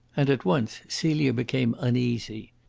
and at once celia became uneasy.